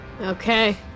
okay